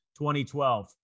2012